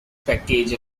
package